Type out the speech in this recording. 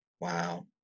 Wow